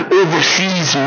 overseas